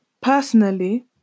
personally